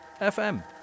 FM